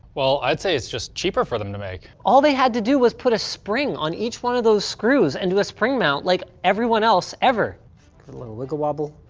well i'd say it's just cheaper for them to make. all they had to do was put a spring on each one of those screws and do a spring mount like everyone else ever. got a little wiggle wobble,